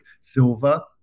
silver